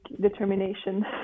determination